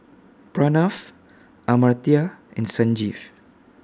Pranav Amartya and Sanjeev